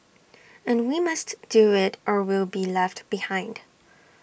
and we must do IT or we'll be left behind